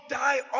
die